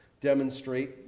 demonstrate